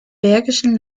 bergischen